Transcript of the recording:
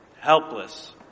helpless